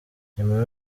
nyuma